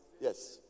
Yes